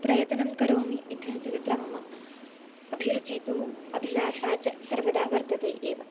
प्रयतनं करोमि इत्थं च तत्र मम अभिरुचिः तु अभिलाषा च सर्वदा वर्तते एव